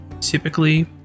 Typically